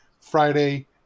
Friday